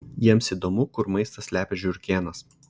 jiems įdomu kur maistą slepia žiurkėnas